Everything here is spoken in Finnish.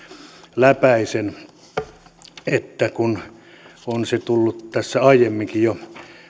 läpäisen kun on se tullut tässä aiemminkin jo